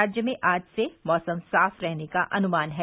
राज्य में आज से मौसम साफ रहने का अनुमान है